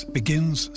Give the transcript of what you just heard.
begins